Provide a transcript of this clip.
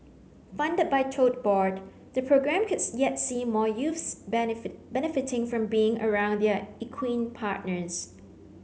funded by Tote Board the programme could yet see more youths benefit benefiting from being around their equine partners